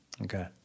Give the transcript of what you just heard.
Okay